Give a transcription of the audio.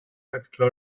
exclou